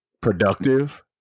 productive